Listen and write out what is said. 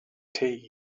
tea